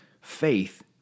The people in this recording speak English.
faith